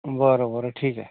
बरं बरं ठीक आहे